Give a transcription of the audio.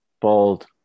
Bold